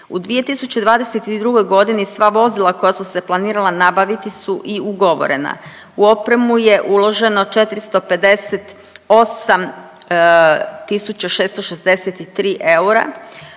U 2022. godini sva vozila koja su se planirala nabaviti su i ugovorena. U opremu je uloženo 458 tisuća